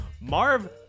Marv